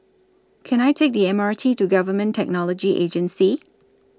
Can I Take The M R T to Government Technology Agency